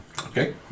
Okay